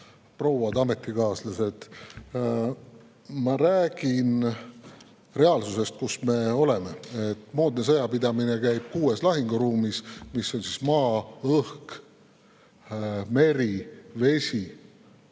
prouad ametikaaslased! Ma räägin reaalsusest, kus me oleme. Moodne sõjapidamine käib kuues lahinguruumis, mis on maa, vesi,